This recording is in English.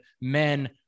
men